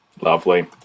Lovely